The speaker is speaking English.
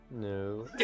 no